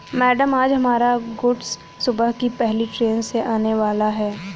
madam आज हमारा goods सुबह की पहली ट्रैन से आने वाला है